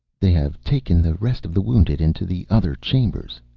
they have taken the rest of the wounded into the other chambers,